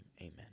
amen